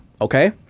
Okay